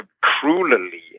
cruelly